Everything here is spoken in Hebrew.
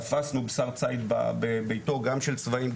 תפסנו בשר ציד בביתו גם של צבאים,